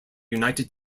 united